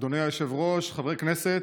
אדוני היושב-ראש, חברי הכנסת,